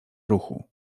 ruchu